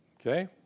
Okay